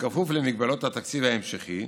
ובכפוף למגבלות התקציב ההמשכי,